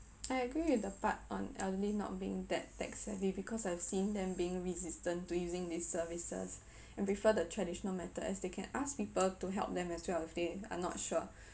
I agree with the part on elderly not being that tech-savvy because I've seen them being resistant to using these services and prefer the traditional method as they can ask people to help them as well if they are not sure